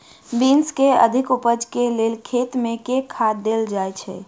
Beans केँ अधिक उपज केँ लेल खेत मे केँ खाद देल जाए छैय?